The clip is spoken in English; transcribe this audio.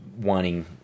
wanting